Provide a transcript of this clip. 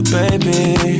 baby